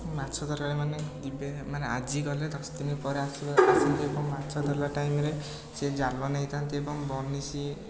ମାଛ ଧରାଳି ମାନେ ଯିବେ ମାନେ ଆଜି ଗଲେ ଦଶ ଦିନପରେ ଆସିବେ ଏବଂ ମାଛ ଧରିବା ଟାଇମ୍ରେ ସିଏ ଜାଲ ନେଇଥାନ୍ତି ଏବଂ ବନିଶୀ